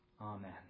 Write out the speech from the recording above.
Amen